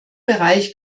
bereich